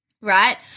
right